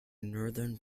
northern